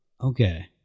Okay